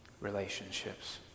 relationships